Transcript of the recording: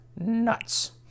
Nuts